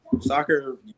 Soccer